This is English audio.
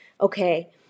okay